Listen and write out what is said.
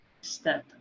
step